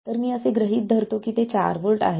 तर मी असे गृहीत धरतो की ते 4 व्होल्ट आहेत